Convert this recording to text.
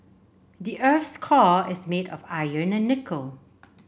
the earth's core is made of iron and nickel